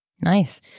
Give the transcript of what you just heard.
nice